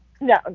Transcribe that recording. No